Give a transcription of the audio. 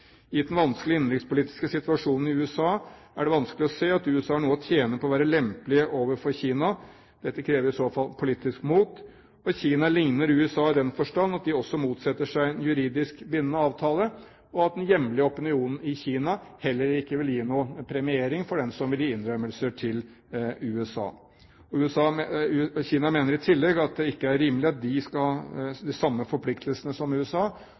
den vanskelige innenrikspolitiske situasjonen i USA, er det vanskelig å se at USA har noe å tjene på å være lempelig overfor Kina. Dette krever i så fall politisk mot. Kina ligner USA i den forstand at de også motsetter seg en juridisk bindende avtale, og at den hjemlige opinionen i Kina heller ikke vil gi noen premiering for den som gir innrømmelser til USA. Kina mener i tillegg at det ikke er rimelig at de skal ha de samme forpliktelsene som USA,